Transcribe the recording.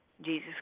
Jesus